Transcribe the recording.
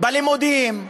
בלימודים,